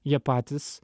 jie patys